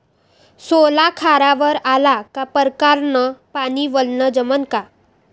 सोला खारावर आला का परकारं न पानी वलनं जमन का?